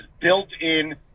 built-in